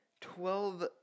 Twelve